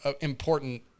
important